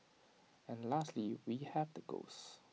and lastly we have the ghosts